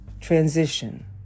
transition